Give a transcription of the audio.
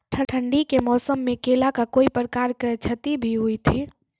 ठंडी के मौसम मे केला का कोई प्रकार के क्षति भी हुई थी?